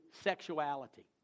sexuality